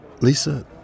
Lisa